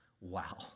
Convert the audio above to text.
wow